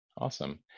awesome